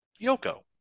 Yoko